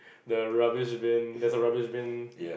the rubbish bin there's a rubbish bin